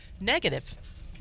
Negative